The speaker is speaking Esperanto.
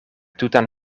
tutan